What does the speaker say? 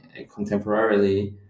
contemporarily